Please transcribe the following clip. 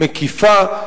מקיפה,